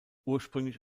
ursprünglich